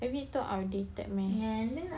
maybe too outdated man